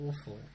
awful